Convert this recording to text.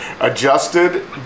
adjusted